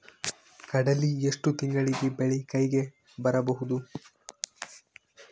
ಕಡಲಿ ಎಷ್ಟು ತಿಂಗಳಿಗೆ ಬೆಳೆ ಕೈಗೆ ಬರಬಹುದು?